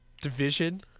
division